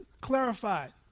clarified